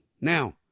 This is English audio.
Now